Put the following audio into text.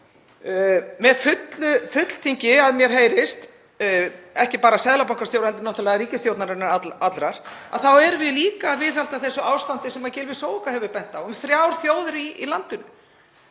með fulltingi, að mér heyrist, ekki bara seðlabankastjóra heldur náttúrlega ríkisstjórnarinnar allrar, þá erum við líka að viðhalda þessu ástandi sem Gylfi Zoëga hefur bent á um þrjár þjóðir í landinu.